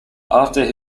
after